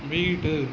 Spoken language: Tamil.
வீடு